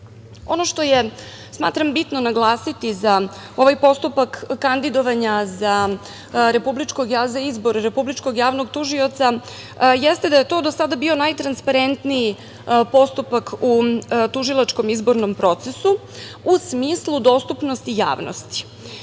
što je bitno naglasiti za ovaj postupak kandidovanja za izbor Republičkog javnog tužioca jeste da je to do sada bio najtransparentniji postupak u tužilačkom izbornom procesu u smislu dostupnosti javnosti. Prvi